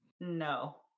No